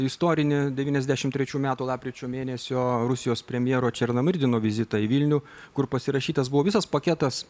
istorinį devyniasdešimt trečių metų lapkričio mėnesio rusijos premjero černomyrdino vizitą į vilnių kur pasirašytas buvo visas paketas